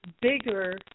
bigger